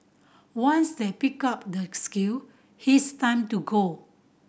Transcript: once they pick up the skill his time to go